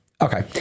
Okay